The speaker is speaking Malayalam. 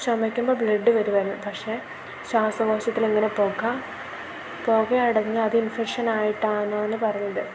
ചുമയ്ക്കുമ്പോൾ ബ്ലഡ് വരുവായിരുന്നു പക്ഷെ ശ്വാസകോശത്തിലിങ്ങനെ പുക പുകയടങ്ങി അത് ഇൻഫെക്ഷനായിട്ടാണ് എന്നാണ് പറഞ്ഞത്